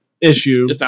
issue